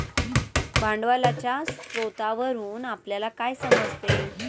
भांडवलाच्या स्रोतावरून आपल्याला काय समजते?